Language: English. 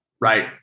right